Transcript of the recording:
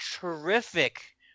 terrific